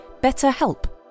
BetterHelp